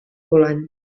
volant